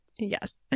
Yes